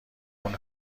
اون